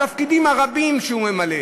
התפקידים הרבים שהוא ממלא,